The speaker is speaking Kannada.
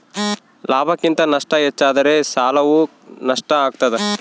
ಲಾಭಕ್ಕಿಂತ ನಷ್ಟ ಹೆಚ್ಚಾದರೆ ಸಾಲವು ನಷ್ಟ ಆಗ್ತಾದ